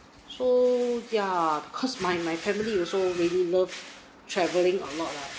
so ya cause my my family also really loves travelling a lot lah